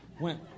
went